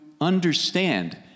understand